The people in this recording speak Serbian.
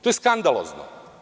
To je skandalozno.